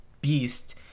beast